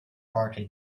party